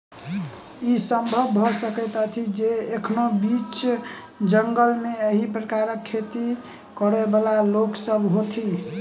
ई संभव भ सकैत अछि जे एखनो बीच जंगल मे एहि प्रकारक खेती करयबाला लोक सभ होथि